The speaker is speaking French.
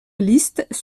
listes